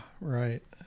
right